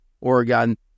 Oregon